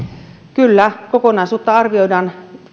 kyllä kokonaisuutta arvioidaan